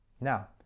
Now